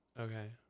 Okay